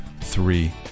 three